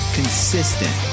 consistent